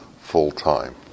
full-time